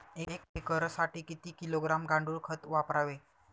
एक एकरसाठी किती किलोग्रॅम गांडूळ खत वापरावे?